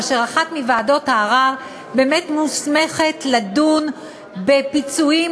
ואחת מוועדות הערר באמת מוסמכת לדון בפיצויים